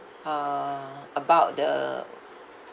uh about the